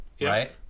right